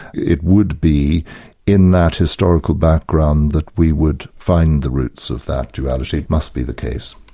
it would be in that historical background that we would find the roots of that duality, it must be the case.